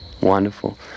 Wonderful